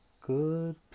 good